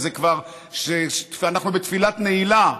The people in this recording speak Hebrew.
אנחנו בתפילת נעילה.